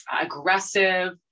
aggressive